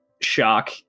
Shock